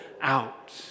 out